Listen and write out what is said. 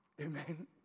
Amen